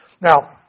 Now